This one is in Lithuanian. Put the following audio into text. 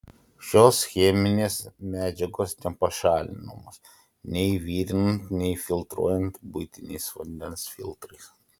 šios cheminės medžiagos nepašalinamos nei virinant nei filtruojant buitiniais vandens filtrais